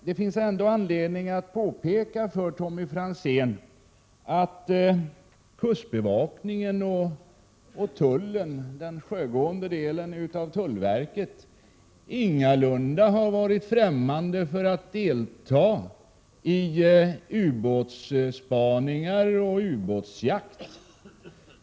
Det finns ändå anledning att påpeka för Tommy Franzén att kustbevakningen och tullen, dvs. den sjögående delen av tullverket, ingalunda har varit ftämmande för att delta i ubåtsspaningar och ubåtsjakt.